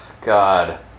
God